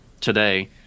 today